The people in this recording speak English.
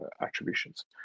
attributions